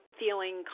feeling